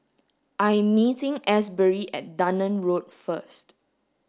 I am meeting Asbury at Dunearn Road first